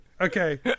Okay